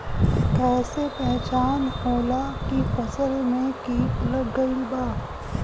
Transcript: कैसे पहचान होला की फसल में कीट लग गईल बा?